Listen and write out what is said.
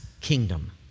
kingdom